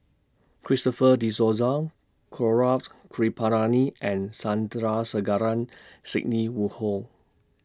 Christopher De Souza Gaurav Kripalani and Sandrasegaran Sidney Woodhull